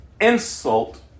insult